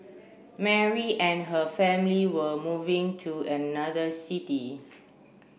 Mary and her family were moving to another city